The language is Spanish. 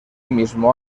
mismo